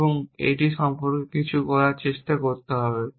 এবং এটি সম্পর্কে কিছু করার চেষ্টা করতে হবে